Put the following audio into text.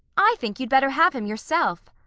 i think you'd better have him yourself!